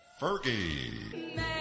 fergie